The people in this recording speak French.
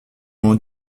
ont